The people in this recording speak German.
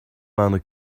meiner